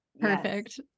Perfect